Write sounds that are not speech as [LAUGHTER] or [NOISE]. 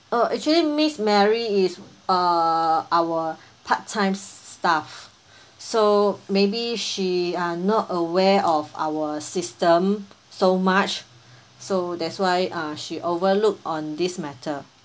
uh actually miss mary is uh our [BREATH] part time staff [BREATH] so maybe she are not aware of our system so much [BREATH] so that's why uh she overlooked on this matter